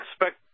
expect